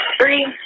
three